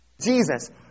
Jesus